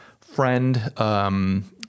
friend